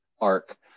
arc